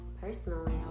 personally